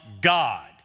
God